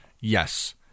Yes